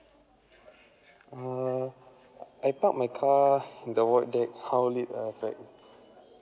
err I park my car in the void there how